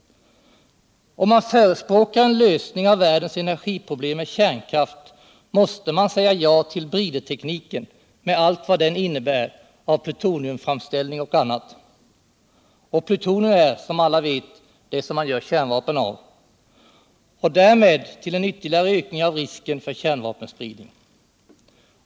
Om man förespråkar en lösning av världens energiproblem med kärnkraft måste man säga ja ull bridtekniken med allt vad den innebär av plutoniumframställning och annat— plutonium är ju som alla vet det som man gör kärnvapen av — och därmed till en ytterligare ökning av risken för kärnvapenspridning.